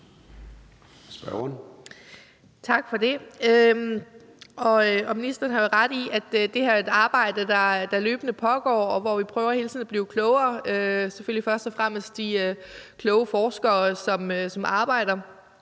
Tak for det. Ministeren har jo ret i, at det her er et arbejde, der løbende pågår, og hvor vi hele tiden prøver at blive klogere – selvfølgelig først og fremmest de kloge forskere, som arbejder